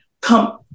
come